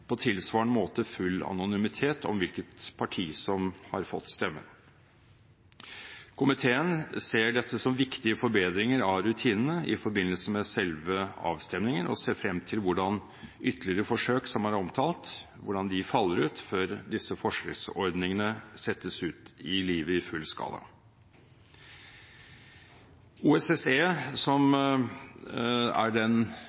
på tilsvarende måte full anonymitet om hvilket parti som har fått stemmen. Komiteen ser dette som viktige forbedringer av rutinene i forbindelse med selve avstemningen og ser frem til hvordan ytterligere forsøk, som er omtalt, faller ut, før disse forsøksordningene settes ut i livet i full skala. OSSE, som er den